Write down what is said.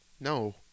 No